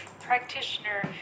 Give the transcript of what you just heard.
practitioner